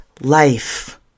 life